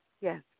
Yes